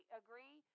agree